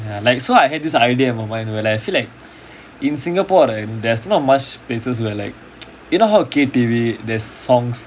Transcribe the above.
ya like so I had this idea of mine where I feel like in singapore right there's not much places where like you know how K_T_V there's songs